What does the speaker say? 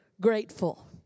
grateful